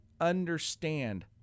understand